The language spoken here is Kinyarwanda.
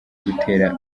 gutera